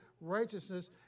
righteousness